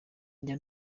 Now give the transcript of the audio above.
njya